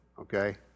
Okay